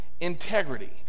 integrity